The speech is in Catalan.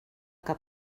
que